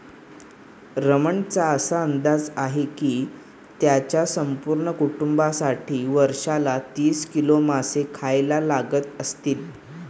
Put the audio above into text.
रमणचा असा अंदाज आहे की त्याच्या संपूर्ण कुटुंबासाठी वर्षाला तीस किलो मासे खायला लागत असतील